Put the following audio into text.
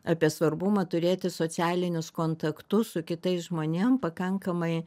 apie svarbumą turėti socialinius kontaktus su kitais žmonėm pakankamai